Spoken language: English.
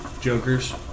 jokers